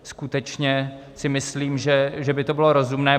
Skutečně si myslím, že by to bylo rozumné.